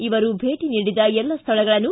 ಇವರು ಭೇಟಿ ನೀಡಿದ ಎಲ್ಲ ಸ್ಥಳಗಳನ್ನು